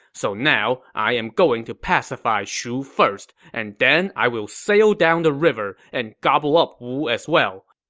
so now, i am going to pacify shu first, and then i will sail down the river and gobble up wu as well.